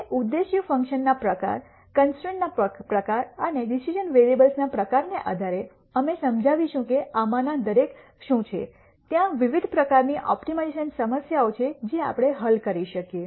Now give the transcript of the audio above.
હવે ઉદ્દેશ્ય ફંકશન ના પ્રકાર કન્સ્ટ્રૈન્ટના પ્રકાર અને ડિસિશ઼ન વેરીએબલ્સના પ્રકારને આધારે અમે સમજાવીશું કે આમાંના દરેક શું છે ત્યાં વિવિધ પ્રકારની ઓપ્ટિમાઇઝેશન સમસ્યાઓ છે જે આપણે હલ કરી શકીએ